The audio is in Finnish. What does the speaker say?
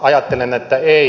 ajattelen että ei